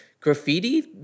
graffiti